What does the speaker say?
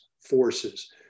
forces